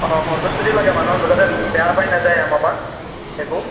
অঁ সন্তুষ্টিটো লাগে মানুহৰ যাতে বেয়া পাই নাযায় আমাৰ পৰা একো